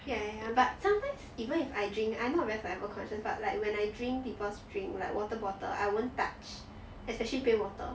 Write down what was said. ya ya but sometimes even if I drink I not very saliva conscious but like when I drink people's drink like water bottle I won't touch especially plain water